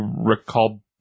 recall